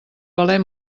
valer